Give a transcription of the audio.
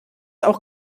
auch